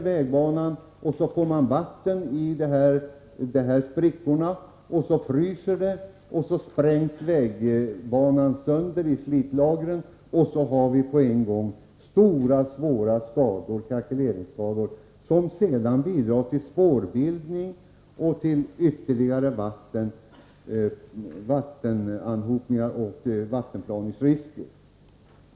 Sedan kommer det vatten i sprickorna, vattnet fryser, vägbanans slitlager sprängs sönder, och så har vi på en gång svåra krackeleringsskador, som bidrar till spårbildning och till ytterligare vattenanhopning och vattenplaningsrisker.